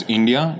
India